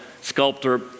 sculptor